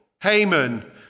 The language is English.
Haman